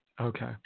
Okay